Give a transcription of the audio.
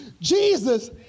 Jesus